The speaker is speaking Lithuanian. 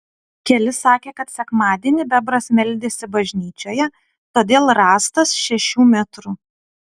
keli sakė kad sekmadienį bebras meldėsi bažnyčioje todėl rąstas šešių metrų